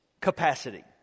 capacity